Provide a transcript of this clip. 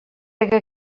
pega